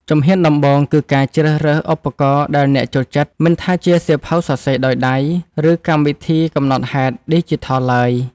ជំហានដំបូងគឺការជ្រើសរើសឧបករណ៍ដែលអ្នកចូលចិត្ត មិនថាជាសៀវភៅសរសេរដោយដៃ ឬកម្មវិធីកំណត់ហេតុឌីជីថលឡើយ។